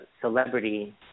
celebrity